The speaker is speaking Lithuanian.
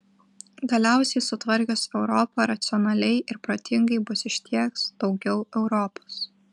galiausiai sutvarkius europą racionaliai ir protingai bus išties daugiau europos